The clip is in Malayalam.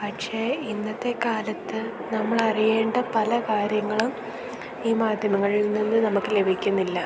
പക്ഷേ ഇന്നത്തെ കാലത്ത് നമ്മൾ അറിയേണ്ട പല കാര്യങ്ങളും ഈ മാധ്യമങ്ങളിൽ നിന്ന് നമുക്ക് ലഭിക്കുന്നില്ല